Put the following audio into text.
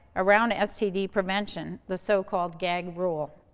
around std prevention, the so-called gag rule.